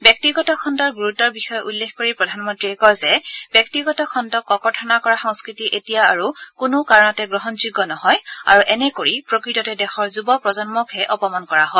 ব্যক্তিগত খণ্ডৰ গুৰুত্বৰ বিষয় উল্লেখ কৰি প্ৰধানমন্ত্ৰীয়ে কয় যে ব্যক্তিগত খণ্ডক ককৰ্থনা কৰাৰ সংস্কৃতি এতিয়া আৰু কোনো কাৰণতে গ্ৰহণযোগ্য নহয় আৰু এনে কৰি প্ৰকৃততে দেশৰ যুৱ প্ৰজন্মকহে অপমান কৰা হয়